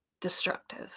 destructive